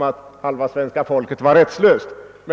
att halva svenska folket var rättslöst.